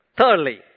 Thirdly